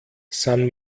san